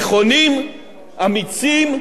נכונים ואמיצים,